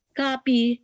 copy